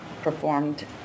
performed